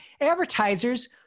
advertisers